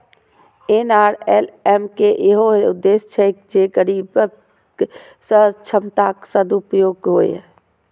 NRLM के इहो उद्देश्य छै जे गरीबक सहज क्षमताक सदुपयोग हुअय